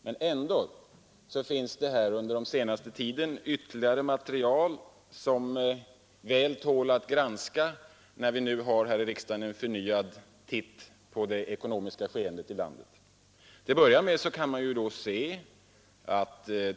Men ändå har det under den senaste tiden kommit fram ytterligare material som väl tål att granska när vi nu här i riksdagen gör en förnyad titt på det ekonomiska skeendet i landet.